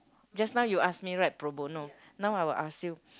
just now you asked me right pro bono now I will ask you